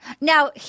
Now